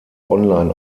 online